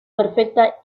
perfecta